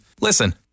Listen